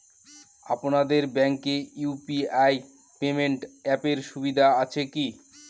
আপনাদের ব্যাঙ্কে UPI payment অ্যাপের সুবিধা আছে কি?